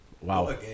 Wow